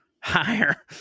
higher